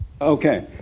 Okay